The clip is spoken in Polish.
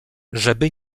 żeby